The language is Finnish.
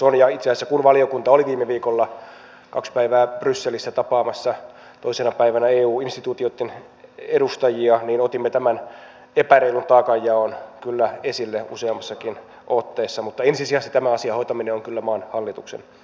itse asiassa kun valiokunta oli viime viikolla kaksi päivää brysselissä ja tapasi toisena päivänä eu instituutioitten edustajia otimme tämän epäreilun taakanjaon kyllä esille useammassakin otteessa mutta ensisijaisesti tämän asian hoitaminen on kyllä maan hallituksen asia